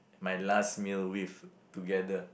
my last meal with together